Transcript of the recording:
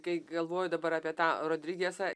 kai galvoju dabar apie tą rodrigesą